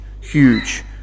huge